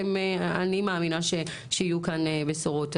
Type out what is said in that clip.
אני מאינה שיהיו כאן בשורות.